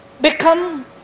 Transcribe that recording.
become